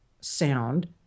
sound